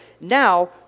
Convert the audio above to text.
Now